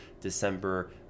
december